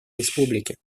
республики